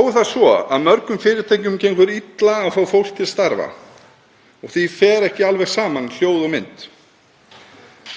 er það svo að mörgum fyrirtækjum gengur illa að fá fólk til starfa og því fer ekki alveg saman hljóð og mynd.